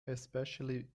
especially